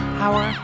power